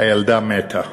הילדה מתה.